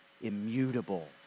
immutable